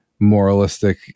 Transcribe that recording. Moralistic